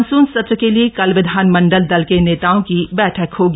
monsoon सत्र के लिए कल विधानमंडल दल के नेताओं की बछक होगी